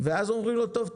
ואז אומרים לו: טוב,